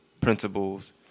principles